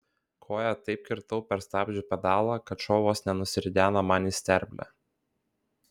koja taip kirtau per stabdžių pedalą kad šuo vos nenusirideno man į sterblę